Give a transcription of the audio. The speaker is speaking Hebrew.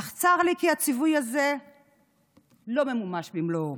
אך צר לי כי הציווי הזה לא ממומש במלואו.